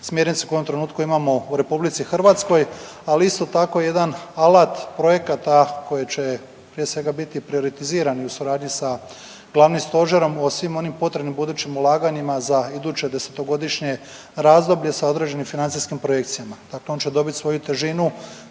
smjernice koje u ovom trenutku imamo u RH ali isto tako jedan alat projekata koji će prije svega biti prioretizirani u suradnji sa Glavnim stožerom o svim onim potrebnim budućim ulaganjima za iduće desetogodišnje razdoblje sa određenim financijskim projekcijama. Dakle, on će dobiti svoju težinu